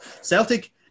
Celtic